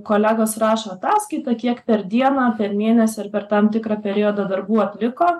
kolegos rašo ataskaitą kiek per dieną per mėnesį ar per tam tikrą periodą darbų atliko